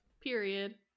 Period